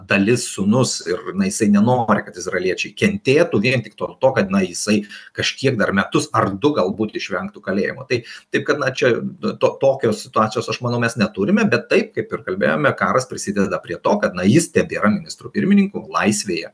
dalis sūnus ir na jisai nenori kad izraeliečiai kentėtų vien tik dėl to kad na jisai kažkiek dar metus ar du galbūt išvengtų kalėjimo tai taip kad na čia tokios situacijos aš manau mes neturime bet taip kaip ir kalbėjome karas prisideda prie to kad na jis tebėra ministru pirmininku laisvėje